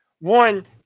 one